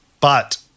But-